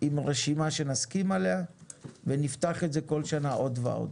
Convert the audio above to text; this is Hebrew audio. עם רשימה של שנסכים עליה ונפתח את זה כל שנה עוד ועוד.